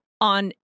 on